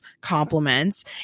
compliments